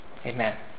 Amen